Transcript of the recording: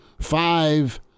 five